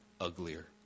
uglier